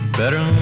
better